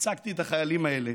ייצגתי את החיילים האלה